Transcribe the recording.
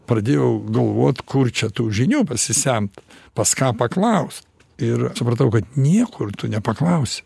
pradėjau galvot kur čia tų žinių pasisemt pas ką paklaus ir supratau kad niekur tu nepaklaus